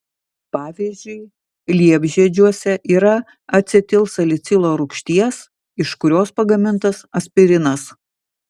pavyzdžiui liepžiedžiuose yra acetilsalicilo rūgšties iš kurios pagamintas aspirinas